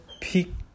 Peak